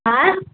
हा